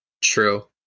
True